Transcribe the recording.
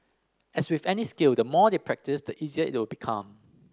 as with any skill the more they practise the easier it will become